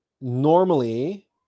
normally